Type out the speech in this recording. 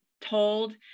told